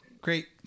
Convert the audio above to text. great